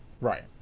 Right